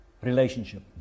relationship